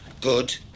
good